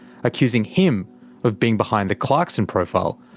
accusing him of being behind the clarkson profile,